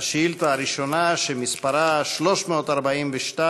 השאילתה הראשונה, מספרה 342,